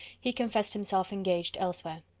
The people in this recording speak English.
he confessed himself engaged elsewhere.